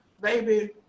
baby